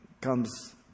comes